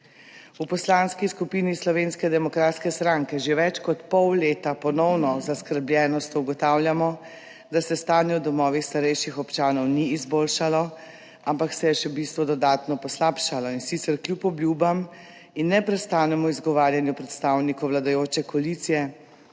V Poslanski skupini Slovenske demokratske stranke že več kot pol leta ponovno z zaskrbljenostjo ugotavljamo, da se stanje v domovih starejših občanov ni izboljšalo, ampak se je v bistvu še dodatno poslabšalo, in sicer kljub obljubam in neprestanemu izgovarjanju predstavnikov vladajoče koalicije,